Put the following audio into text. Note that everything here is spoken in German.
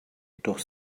doch